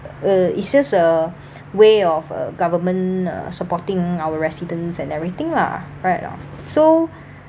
uh it's just a way of uh government uh supporting our residents and everything lah right or not so